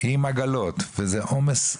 עם עגלות, וזה עומס אדיר.